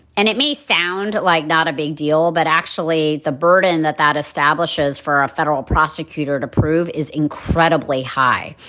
and it may sound like not a big deal, but actually the burden that that establishes for a federal prosecutor to prove is incredibly high.